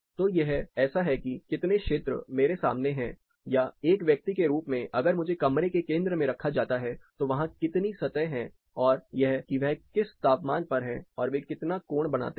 तो यह ऐसा है कि कितने क्षेत्र मेरे सामने है या एक व्यक्ति के रूप में अगर मुझे कमरे के केंद्र में रखा जाता है तो वहां कितनी सतह हैं और यह कि वे किस तापमान पर हैं और वे कितना कोण बनाते हैं